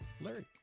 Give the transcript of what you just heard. Larry